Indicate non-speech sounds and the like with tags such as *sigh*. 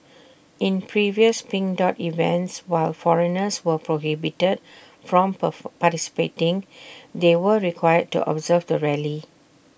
in previous pink dot events while foreigners were prohibited from *noise* participating they were required to observe the rally